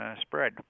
spread